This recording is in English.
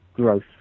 growth